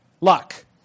luck